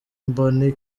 mboni